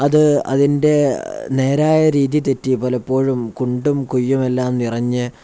അത് അതിൻ്റെ നേരെയായ രീതി തെറ്റി പലപ്പോഴും കുണ്ടും കുഴിയുമെല്ലാം നിറഞ്ഞ്